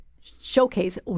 showcase